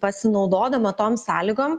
pasinaudodama tom sąlygom